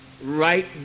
right